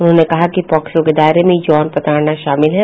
उन्होंने कहा कि पॉक्सो के दायरे में यौन प्रताड़ना शामिल है